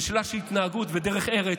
זאת שאלה של התנהגות ודרך ארץ,